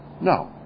No